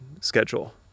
schedule